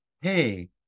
hey